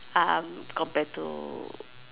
um compared to